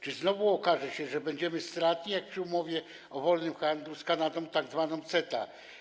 Czy znowu okaże się, że będziemy stratni, jak przy umowie o wolnym handlu z Kanadą, tzw. CETA?